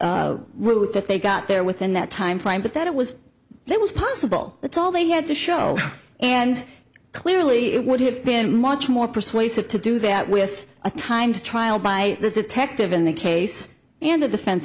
route that they got there within that time frame but that it was it was possible that's all they had to show and clearly it would have been much more persuasive to do that with a time to trial by the detective in the case and a defen